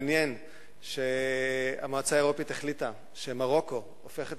מעניין שהמועצה האירופית החליטה שמרוקו הופכת